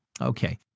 Okay